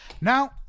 Now